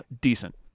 decent